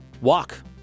walk